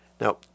Now